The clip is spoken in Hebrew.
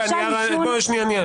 שנייה.